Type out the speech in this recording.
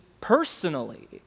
personally